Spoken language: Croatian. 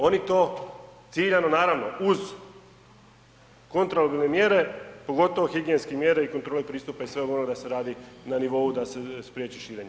Oni to ciljano naravno uz kontrolne mjere pogotovo higijenske mjere i kontrole pristupa i sveg onog da se radi na nivou da se spriječi širenje.